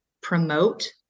promote